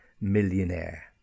millionaire